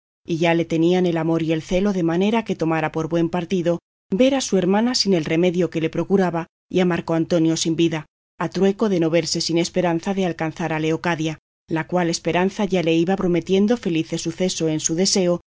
y ya le tenían el amor y el celo de manera que tomara por buen partido ver a su hermana sin el remedio que le procuraba y a marco antonio sin vida a trueco de no verse sin esperanza de alcanzar a leocadia la cual esperanza ya le iba prometiendo felice suceso en su deseo